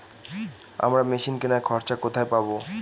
আমরা মেশিন কেনার খরচা কোথায় পাবো?